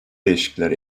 değişiklikler